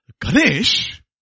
Ganesh